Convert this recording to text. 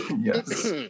yes